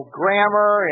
grammar